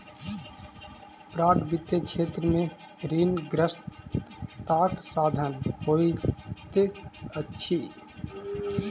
bond वित्तीय क्षेत्र में ऋणग्रस्तताक साधन होइत अछि